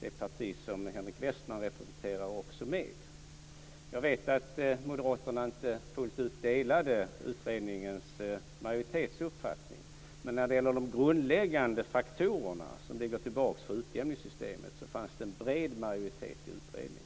det parti som Henrik Westman representerar också med. Jag vet att Moderaterna inte fullt ut delade utredningens majoritetsuppfattning, men när det gäller de grundläggande faktorerna som ligger till bas för utjämningssystemet fanns det en bred majoritet i utredningen.